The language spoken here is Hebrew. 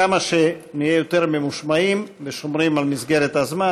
כמה שנהיה יותר ממושמעים ונשמור על מסגרת הזמן,